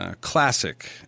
Classic